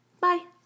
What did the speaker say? Bye